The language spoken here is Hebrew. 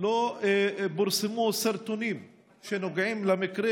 לא פורסמו סרטונים שנוגעים למקרה.